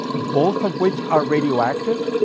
both of which are radioactive.